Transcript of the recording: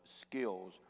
skills